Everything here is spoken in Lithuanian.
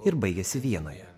ir baigiasi vienoje